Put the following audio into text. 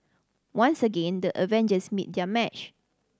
once again the Avengers meet their match